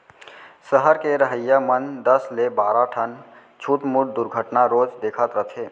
सहर के रहइया मन दस ले बारा ठन छुटमुट दुरघटना रोज देखत रथें